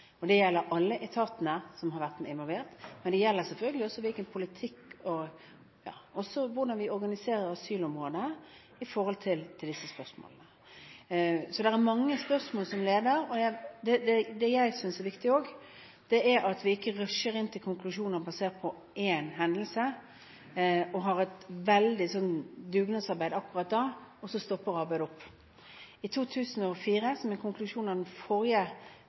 Det gjelder alle etatene som har vært involvert. Det gjelder selvfølgelig også hvordan vi organiserer asylområdet når det gjelder disse spørsmålene. Det er mange spørsmål. Det jeg synes er viktig, er at vi ikke rusher inn med konklusjoner basert på én hendelse og har et dugnadsarbeid akkurat nå, for at arbeidet senere skal stoppe opp. I 2004, som en konklusjon etter det forrige